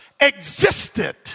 existed